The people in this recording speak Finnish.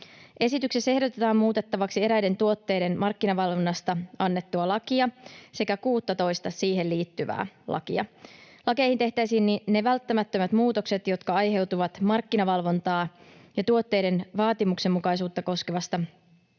Esityksessä ehdotetaan muutettavaksi eräiden tuotteiden markkinavalvonnasta annettua lakia sekä 16:ta siihen liittyvää lakia. Lakeihin tehtäisiin ne välttämättömät muutokset, jotka aiheutuvat markkinavalvontaa ja tuotteiden vaatimustenmukaisuutta koskevasta